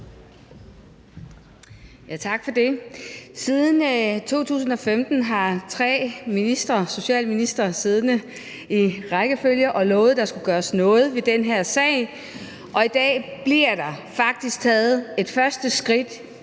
Tak for det. Siden 2015 har tre socialministre efter hinanden siddet og lovet, at der skulle gøres noget ved den her sag. Og i dag bliver der faktisk taget et første skridt